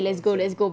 cancel